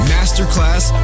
Masterclass